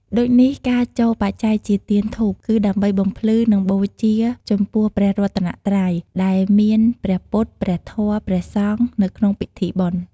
ដូចនេះការចូលបច្ច័យជាទៀនធូប គឺដើម្បីបំភ្លឺ និងបូជាចំពោះព្រះរតនត្រ័យ ដែលមាន ព្រះពុទ្ធ ព្រះធម៌ ព្រះសង្ឃ នៅក្នុងពិធីបុណ្យ។